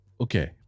Okay